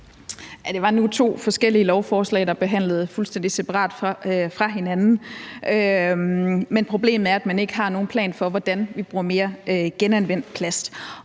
Det var nu to forskellige lovforslag, der blev behandlet fuldstændig separat, men problemet er, at man ikke har nogen plan for, hvordan vi bruger mere genanvendt plast.